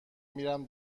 میرم